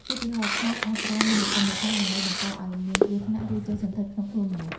ឧទាហរណ៍ ខ្មោចអាចប្រើ មន្តអាគមបិសាច ដើម្បីបង្កឲ្យមានគ្រោះថ្នាក់ ឬចូលសណ្ឋិតក្នុងខ្លួនមនុស្ស។